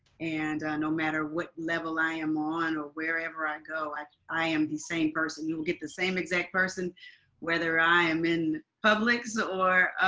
and no matter what level i am on or wherever i go, and i am the same person. you will get the same exact person whether i am in publix or